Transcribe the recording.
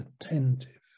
attentive